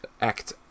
act